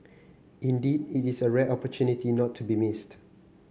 indeed it is a rare opportunity not to be missed